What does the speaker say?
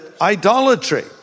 idolatry